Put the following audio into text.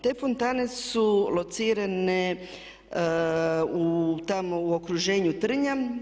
Te fontane su locirane tamo u okruženju Trnja.